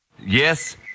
Yes